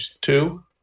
two